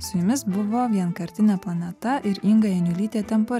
su jumis buvo vienkartinė planeta ir inga janiulytė tampa